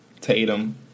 Tatum